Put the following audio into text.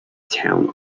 town